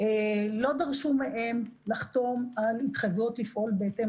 לא דרשו מהם לחתום על התחייבויות לפעול בהתאם